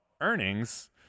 earnings